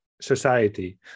society